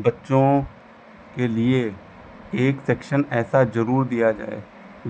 बच्चों के लिए एक सेक्शन ऐसा जरूर दिया जाए